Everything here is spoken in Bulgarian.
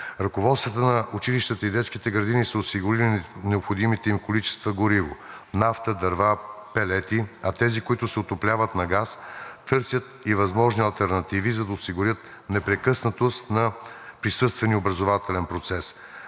Ръководствата на училищата и детските градини са осигурили необходимите им количества гориво – нафта, дърва, палети, а тези, които се отопляват на газ, търсят и възможни алтернативи, за да осигурят непрекъснатост на присъствения образователен процес.